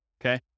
Okay